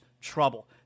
trouble